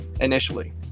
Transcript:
initially